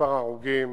במספר ההרוגים